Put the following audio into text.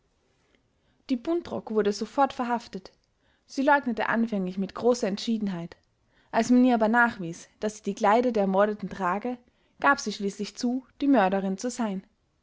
die buntrock wurde sofort verhaftet sie leugnete anfänglich mit großer entschiedenheit als man ihr aber nachwies daß sie die kleider der ermordeten trage gab sie schließlich zu die mörderin zu sein